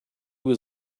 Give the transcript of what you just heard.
was